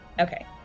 Okay